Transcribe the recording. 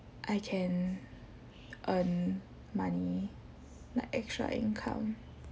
I can earn money like extra income